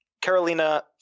carolina